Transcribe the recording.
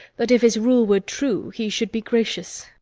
that, if his rule were true, he should be gracious.